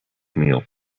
meal